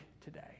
today